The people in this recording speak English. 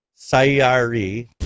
Sayari